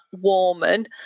Warman